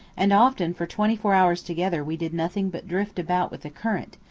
and often for twenty-four hours together we did nothing but drift about with the current,